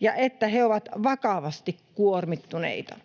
ja että he ovat vakavasti kuormittuneita.